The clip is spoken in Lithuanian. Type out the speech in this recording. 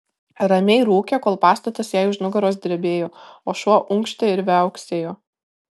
ramiai rūkė kol pastatas jai už nugaros drebėjo o šuo unkštė ir viauksėjo